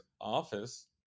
office